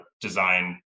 design